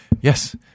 yes